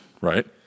right